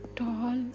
tall